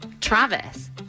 Travis